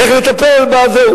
איך לטפל בזה.